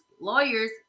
lawyers